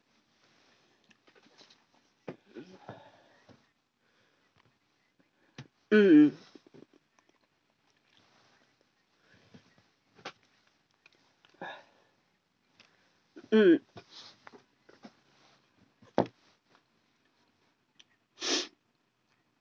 mm mm